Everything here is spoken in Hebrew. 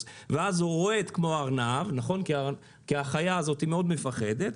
ואז הוא רועד כמו ארנב כי החיה הזאת מאוד מפחדת.